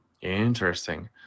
interesting